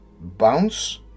bounce